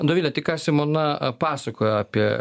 dovilė tik ką simona pasakojo apie